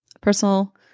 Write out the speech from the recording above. personal